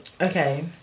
Okay